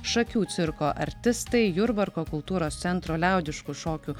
šakių cirko artistai jurbarko kultūros centro liaudiškų šokių